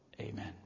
Amen